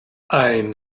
ein